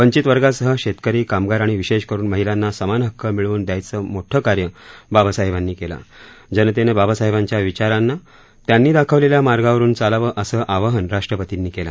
वंचित वर्गासह शेतकरी कामगार आणि विशेष करून महिलांना समान हक्क मिळवून दयायचं मोठं कार्य बाबासाहेबांनी केलं जनतेनं बाबासाहेबांच्या विचारानं त्यांनी दाखवलेल्या मार्गावरून चालावं असं आवाहन राष्ट्रपर्तींनी केलं